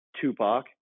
Tupac